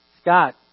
Scott